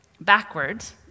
backwards